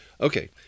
Okay